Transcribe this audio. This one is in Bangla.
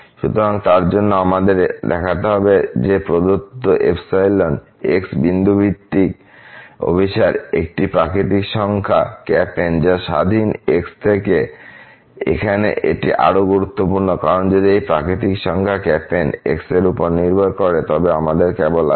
সুতরাং তার জন্য আমাদের দেখাতে হবে যে প্রদত্ত ϵ x বিন্দুভিত্তিক অভিসার একটি প্রাকৃতিক সংখ্যা N যা স্বাধীন x থেকে এখানে এটি আরও গুরুত্বপূর্ণ কারণ যদি এই প্রাকৃতিক সংখ্যা N x এর উপর নির্ভর করে তবে আমাদের কেবল আছে